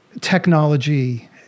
technology